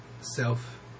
self